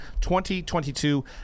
2022